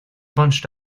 bunched